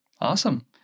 Awesome